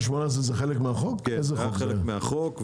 אז זה היה חלק מהצעת החוק.